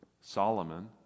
Solomon